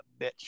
bitch